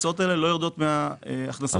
ההוצאות האלה לא יורדות מההכנסות שלך.